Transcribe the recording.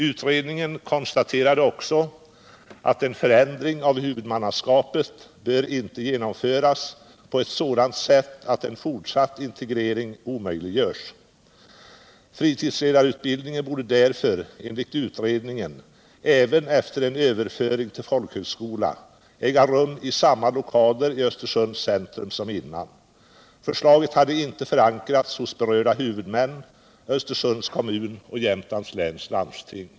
Utredningen konstaterade också att ”en förändring av huvudmanna skapet bör inte genomföras på ett sådant sätt att en fortsatt integrering omöjliggörs”. Fritidsledarutbildningen borde därför, enligt utredningen, även efter en överföring till folkhögskola äga rum i samma lokaler i Östersunds centrum som innan. Förslaget hade inte förankrats hos berörda huvudmän, Östersunds kommun och Jämtlands läns landsting.